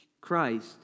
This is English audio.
Christ